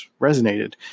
resonated